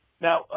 Now